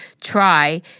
try